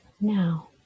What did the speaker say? now